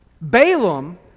Balaam